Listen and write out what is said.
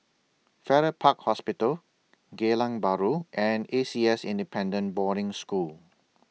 Farrer Park Hospital Geylang Bahru and A C S Independent Boarding School